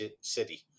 city